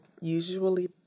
usually